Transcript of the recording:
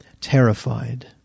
terrified